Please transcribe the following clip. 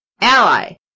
ally